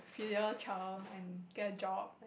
filial child and get a job